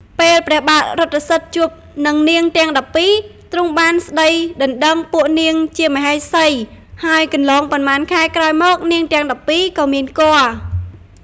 ពេលព្រះបាទរថសិទ្ធិជួបនឹងនាងទាំង១២ ទ្រង់បានស្តីដណ្តឹងពួកនាងជាមហេសី ហើយកន្លងប៉ុន្មានខែក្រោយមកនាងទាំង១២ ក៏មានគភ៌។